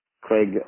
Craig